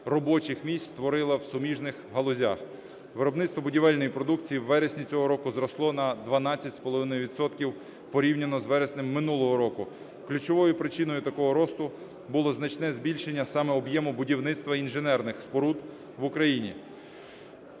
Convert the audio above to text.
робочих місць, створило у суміжних галузях. Виробництво будівельної продукції у вересні цього року зросло на 12,5 відсотка порівняно з вереснем минулого року. Ключовою причиною такого росту було значне збільшення саме об'єму будівництва інженерних споруд в Україні.